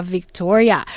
Victoria